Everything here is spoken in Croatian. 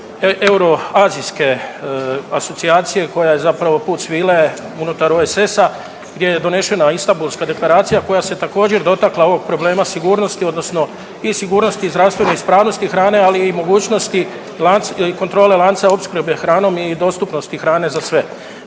euroazijske asocijacije koja je zapravo put svile unutar OSS-a gdje je donešena Istambulska deklaracija koja se također dotakla ovog problema sigurnosti odnosno i sigurnosti i zdravstvene ispravnosti hrane, ali i mogućnosti kontrole lanca opskrbe hrane i dostupnosti hrane za sve.